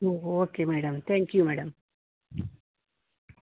O okay madam thank you madam